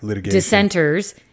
dissenters